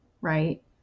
right